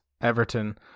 Everton